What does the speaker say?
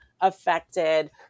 affected